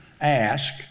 ask